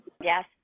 Yes